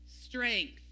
strength